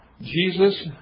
Jesus